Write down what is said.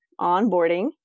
onboarding